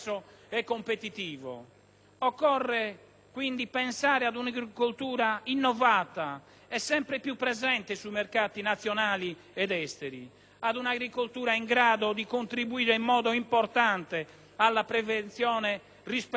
Occorre quindi pensare ad un'agricoltura innovata e sempre più presente sui mercati nazionali ed esteri, ad un'agricoltura in grado di contribuire in modo importante alla prevenzione delle calamità naturali,